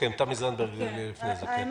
אני